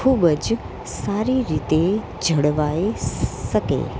ખૂબ જ સારી રીતે જળવાઈ શકે